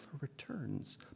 returns